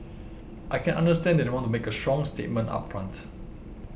I can understand that they want to make a strong statement up front